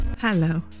Hello